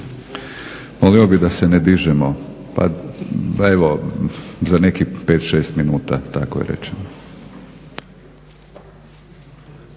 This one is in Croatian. Molio bih se da ne dižemo. Pa evo za nekih 5, 6 minuta. Tako je rečeno.